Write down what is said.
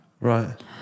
Right